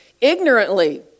ignorantly